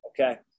Okay